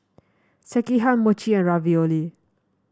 Sekihan Mochi and Ravioli